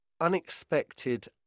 unexpected